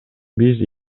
биз